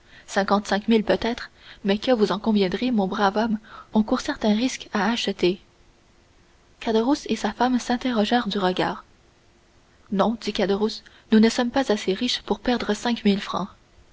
cinquante-cinq mille peut-être mais que vous en conviendrez mon brave homme on court certains risques à acheter caderousse et sa femme s'interrogèrent du regard non dit caderousse nous ne sommes pas assez riches pour perdre cinq mille francs